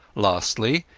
lastly,